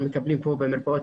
אפילו שם אנשים ביישוב מוכר,